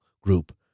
group